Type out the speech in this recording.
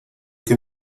que